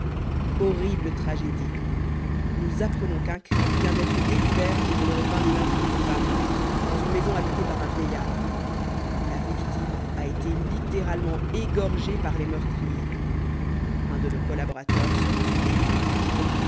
horrible tragédie nous apprenons qu'un crime vient d'être découvert au numéro du boulevard lannes dans une maison habitée par un vieillard la victime a été littéralement égorgée par les meurtriers un de nos collaborateurs se rend sur les lieux